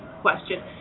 question